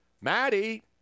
Maddie